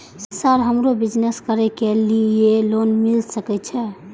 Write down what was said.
Sir हमरो business करके ली ये लोन मिल सके छे?